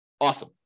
awesome